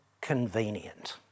convenient